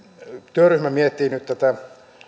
työryhmä miettii nyt tätä